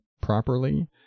properly